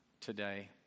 today